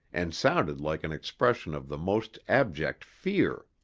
and sounded like an expression of the most abject fear.